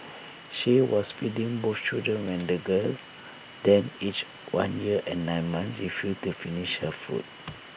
she was feeding both children when the girl then aged one year and nine months refused to finish her food